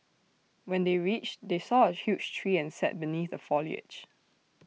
when they reached they saw A huge tree and sat beneath the foliage